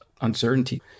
uncertainty